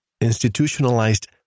institutionalized